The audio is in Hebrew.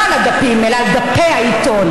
לא על הדפים אלא על דפי העיתון.